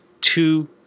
two